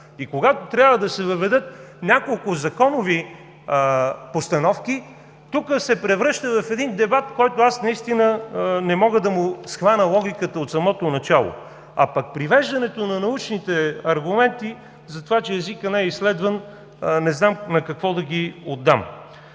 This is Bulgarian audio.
И когато трябва да се заведат няколко законови постановки, тук се превръща в един дебат, на който наистина не мога да схвана логиката от самото начало. А пък привличането на научните аргументи за това, че езикът не е изследван, не знам на какво да ги отдам.